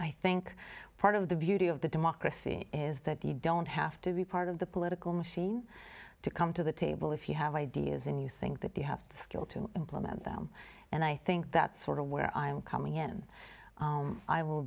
i think part of the beauty of the democracy is that you don't have to be part of the political machine to come to the table if you have ideas and you think that you have the skill to implement them and i think that's sort of where i am coming in i will